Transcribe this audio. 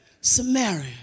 Samaria